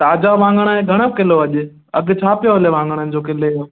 ताज़ा वाङण ऐं घणो किलो अॼु अघु छा पियो हले वाङणनि जो किले जो